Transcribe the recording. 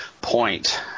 point